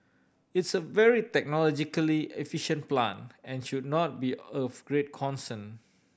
it's a very technologically efficient plant and should not be of great concern